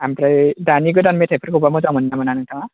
ओमफ्राय दानि गोदान मेथायफोरखौबा मोजां मोनो ना मोना नोंथाङा